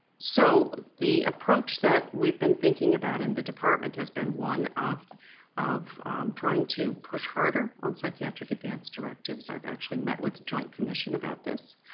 so the approach that we have been thinking about in the department has been one of of trying to push harder on psychiatric advance directives. i have actually met with the joint commission about this.